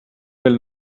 will